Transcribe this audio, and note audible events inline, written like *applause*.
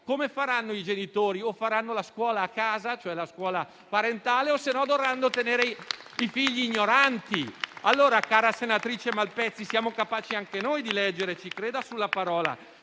come faranno i genitori? O faranno la scuola a casa, cioè la scuola parentale, o dovranno tenere i figli ignoranti. *applause* Cara senatrice Malpezzi, siamo capaci anche noi di leggere, ci creda sulla parola,